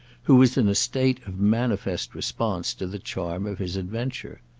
who was in a state of manifest response to the charm of his adventure.